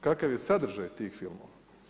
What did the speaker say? Kakav je sadržaj tih filmova?